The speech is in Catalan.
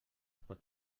pot